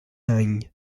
any